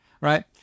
Right